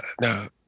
No